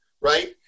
right